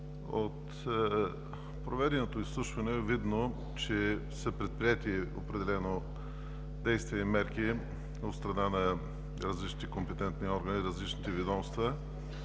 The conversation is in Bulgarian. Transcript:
От проведеното изслушване е видно, че са предприети определени действия и мерки от страна на различните компетентни органи, различните ведомства.